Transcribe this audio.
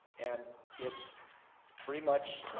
and it's pretty much,